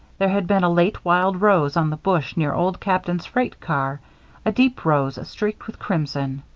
there had been a late wild rose on the bush near old captain's freight car a deep rose streaked with crimson.